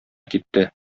китте